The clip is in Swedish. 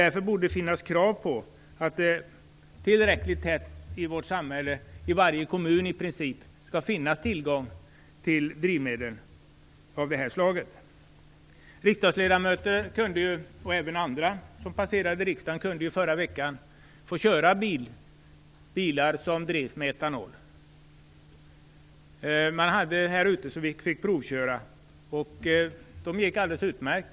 Därför borde det ställas krav på att det tillräckligt tätt i vårt samhälle, i princip i varje kommun, finns tillgång till drivmedel av det här slaget. Riksdagshuset kunde i förra veckan få köra bilar som drevs med etanol. Man hade bilar här ute som vi fick provköra, och de gick alldeles utmärkt.